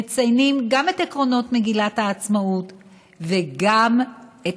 מציינים גם את עקרונות מגילת העצמאות וגם את